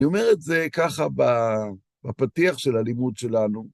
אני אומר את זה ככה בפתיח של הלימוד שלנו.